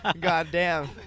Goddamn